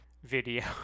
video